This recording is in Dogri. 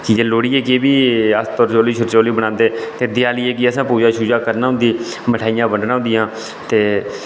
लोहड़ियै गी बी अस तरचौली सरचोली बनांदे ते देयालियै गी असें पूजा शूजा करनी हुन्दी मठाइयां बंड्डना हुंदियां ते